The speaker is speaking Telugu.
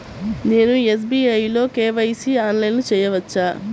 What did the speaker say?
నేను ఎస్.బీ.ఐ లో కే.వై.సి ఆన్లైన్లో చేయవచ్చా?